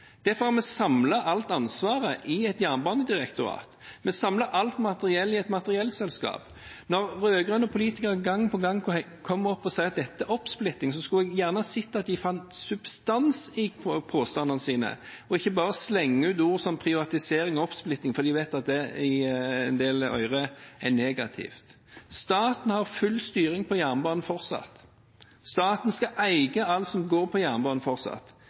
derfor har vi samlet alt ansvaret i et jernbanedirektorat. Vi samler alt materiellet i et materiellselskap. Når rød-grønne politikere gang på gang kommer opp hit og sier at dette er oppsplitting, skulle jeg gjerne sett at de fant substans i påstandene sine, og ikke bare slenger ut ord som «privatisering» og «oppsplitting» fordi de vet at det i en del ører lyder negativt. Staten har full styring på jernbanen fortsatt. Staten skal eie alt som går på jernbanen fortsatt.